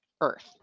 earth